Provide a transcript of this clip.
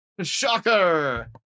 Shocker